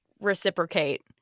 reciprocate